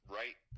right